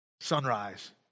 sunrise